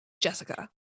Jessica